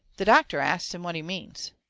the doctor asts him what he means.